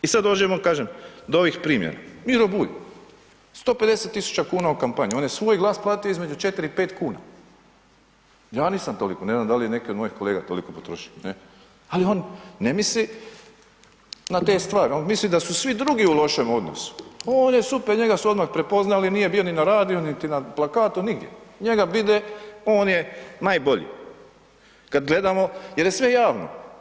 I sad dođemo kažem do ovih primjera, Miro Bulj 150.000 kuna u kampanji on je svoj glas platio između 4 i 5 kuna, ja nisam toliko, ne znam da li je neki od mojih kolega toliko potrošio, ali on ne misli na te stvari on misli da su svi drugi u lošem odnosu, on je super, njega su odmah prepoznali, nije bio niti na radiju, niti na plakatu, nigdje, njega vide on je najbolji, kad gledamo, jer je sve javno.